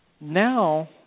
now